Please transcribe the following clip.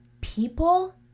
people